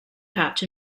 pouch